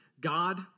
God